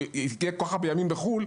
יהיה כל כך הרבה ימים בחו"ל,